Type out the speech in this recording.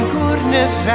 goodness